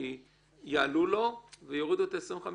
כי יעלו לו ויורידו את ה-25%,